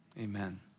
amen